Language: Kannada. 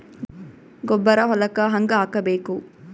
ಗೊಬ್ಬರ ಹೊಲಕ್ಕ ಹಂಗ್ ಹಾಕಬೇಕು?